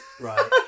right